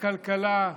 הכלכלה,